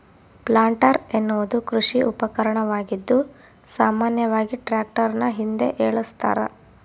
planter ಎನ್ನುವುದು ಕೃಷಿ ಉಪಕರಣವಾಗಿದ್ದು ಸಾಮಾನ್ಯವಾಗಿ ಟ್ರಾಕ್ಟರ್ನ ಹಿಂದೆ ಏಳಸ್ತರ